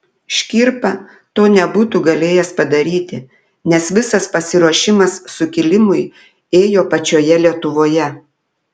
škirpa to nebūtų galėjęs padaryti nes visas pasiruošimas sukilimui ėjo pačioje lietuvoje